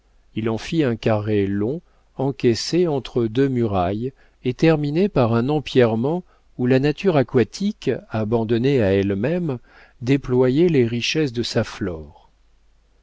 il en fit un carré long encaissé entre deux murailles et terminé par un empierrement où la nature aquatique abandonnée à elle-même déployait les richesses de sa flore